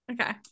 Okay